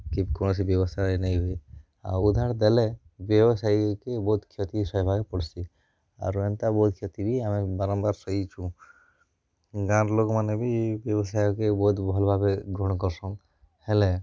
କି କୌଣସି ବ୍ୟବସ୍ଥା ହୋଇ ନେଇ ଆଉ ଉଧାର ଦେଲେ ବ୍ୟବସାୟୀ କି ବହୁତ କ୍ଷତି ସହିବାକୁ ପଡ଼ୁଛି ଆରୁ ଏନ୍ତା ବେଲ୍ କି ଏତିକି ବାରମ୍ୱାର ସହିଛୁ ଗାଁର୍ ଲୋକମାନେ ବି ବ୍ୟବସାୟ କେ ବହୁତ୍ ଭଲ ଭାବେ ଗ୍ରହଣ କରିସନ୍ ହେଲେ